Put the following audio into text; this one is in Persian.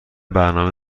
برنامه